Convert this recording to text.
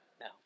No